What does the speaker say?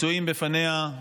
מצויים בפניו.